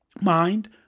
mind